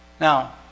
Now